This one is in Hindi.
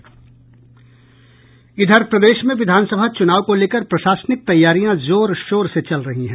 प्रदेश में विधान सभा चूनाव को लेकर प्रशासनिक तैयारियां जोर शोर से चल रही हैं